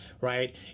Right